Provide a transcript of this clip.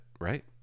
right